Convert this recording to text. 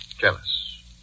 Jealous